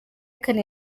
kane